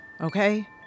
Okay